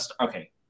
okay